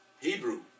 Hebrew